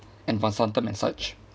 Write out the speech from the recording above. and vasantham and such